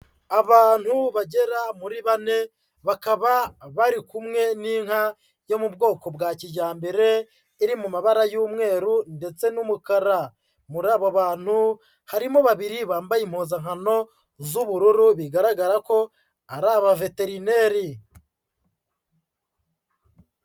Abantu bagera muri bane, bakaba bari kumwe n'inka yo mu bwoko bwa kijyambere, iri mu mabara y'umweru ndetse n'umukara. Muri aba bantu harimo babiri bambaye impuzankano z'ubururu, bigaragara ko ari abaveterineri.